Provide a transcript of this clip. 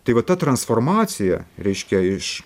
tai va ta transformacija reiškia iš